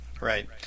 Right